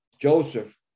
Joseph